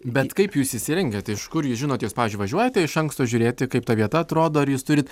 bet kaip jūs įsirengiat iš kur jūs žinot jūs pavyzdžiui važiuojate iš anksto žiūrėti kaip ta vieta atrodo ar jūs turit